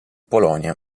polonia